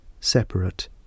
separate